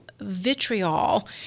vitriol